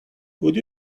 would